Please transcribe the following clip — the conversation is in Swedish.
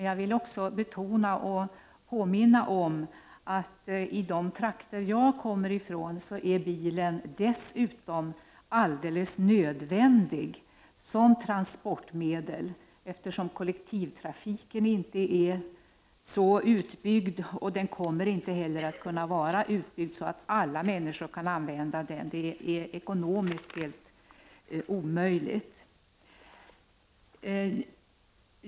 Jag vill dock betona och påminna om att i de trakter som jag kommer ifrån är bilen dessutom alldeles nödvändig som transportmedel, eftersom kollektivtrafiken inte är så väl utbyggd och inte heller kan bli så väl utbyggd att alla människor kan använda den. Det är ekonomiskt omöjligt.